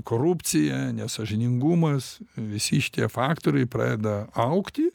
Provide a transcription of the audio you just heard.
korupcija nesąžiningumas visi šitie faktoriai pradeda augti